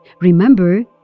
Remember